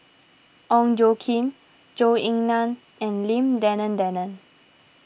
Ong Tjoe Kim Zhou Ying Nan and Lim Denan Denon